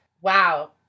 Wow